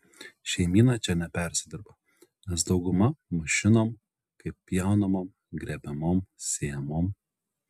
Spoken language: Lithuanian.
šeimyna čia nepersidirba nes dauguma mašinom kaip pjaunamom grėbiamom sėjamom